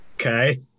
okay